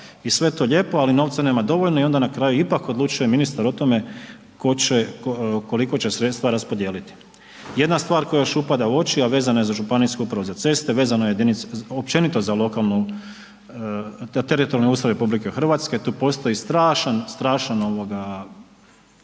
i sve je to lijepo, ali novca nema dovoljno i onda na kraju ipak odlučuje ministar o tome tko će, koliko će sredstava raspodijeliti. Jedna stvar koja još upada u oči, a vezana je za ŽUC, vezano je općenito za lokalnu, teritorijalni ustroj RH, tu postoji strašan, strašan, ovoga